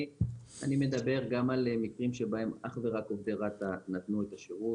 אני מדבר גם על מקרים שבהם אך ורק עובדי רת"א נתנו את השירות.